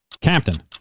Captain